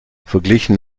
verglichen